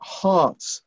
hearts